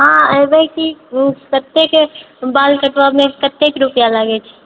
हँ एबै की कतेके बाल कटबएमे कते रुपआ लागैत छै